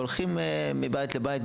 הולכים מבית לבית,